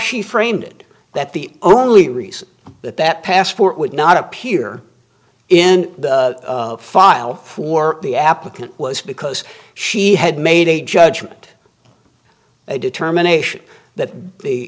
she framed it that the only reason that that passport would not appear in the file for the applicant was because she had made a judgment a determination that the